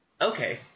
Okay